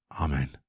Amen